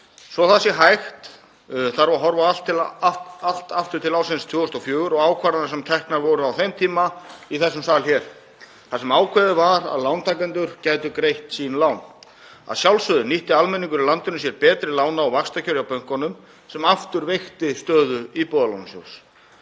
að það sé hægt. Það þarf að horfa allt aftur til ársins 2004 og ákvarðana sem teknar voru á þeim tíma í þessum sal hér þar sem ákveðið var að lántakendur gætu greitt sín lán. Að sjálfsögðu nýtti almenningur í landinu sér betri lána- og vaxtakjör hjá bönkunum sem aftur veikti stöðu Íbúðalánasjóðs.